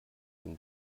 den